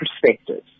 perspectives